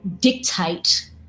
dictate